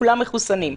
כולם מחוסנים.